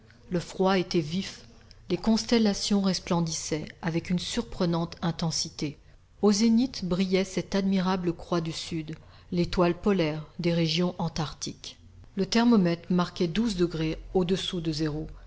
le froid était vif les constellations resplendissaient avec une surprenante intensité au zénith brillait cette admirable croix du sud l'étoile polaire des régions antarctiques le thermomètre marquait douze degrés au-dessous de zéro